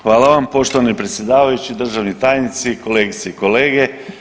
Hvala vam poštovani predsjedavajući, državni tajnici, kolegice i kolege.